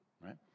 right